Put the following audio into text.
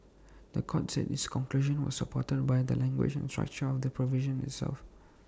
The Court said its conclusion was supported by the language and structure of the provision itself